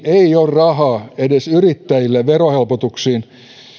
ei ole rahaa edes yrittäjille verohelpotuksiin